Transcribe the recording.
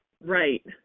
Right